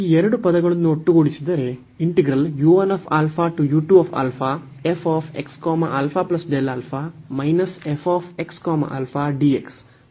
ಈ ಎರಡು ಪದಗಳನ್ನು ಒಟ್ಟುಗೂಡಿಸಿದರೆ